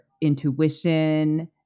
intuition